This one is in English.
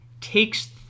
takes